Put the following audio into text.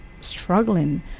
struggling